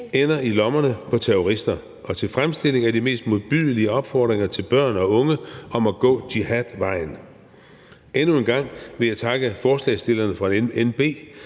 ender i lommerne på terrorister og til fremstilling af de mest modbydelige opfordringer til børn og unge om at gå jihadvejen. Endnu en gang vil jeg takke forslagsstillerne fra Nye